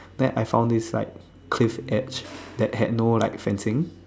then I found this like cliff edge that had no like fencing